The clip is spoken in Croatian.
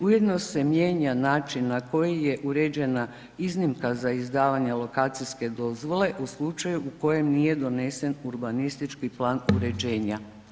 Ujedno se mijenja način na koji je uređena iznimka za izdavanje lokacijske dozvole u slučaju u kojem nije donesen urbanistički plan uređenja.